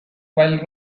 while